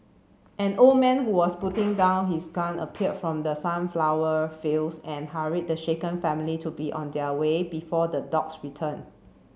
an old man who was putting down his gun appeared from the sunflower fields and hurried the shaken family to be on their way before the dogs return